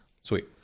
Sweet